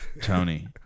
Tony